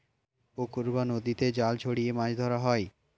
পুকুর বা নদীতে জাল ছড়িয়ে মাছ ধরা হয়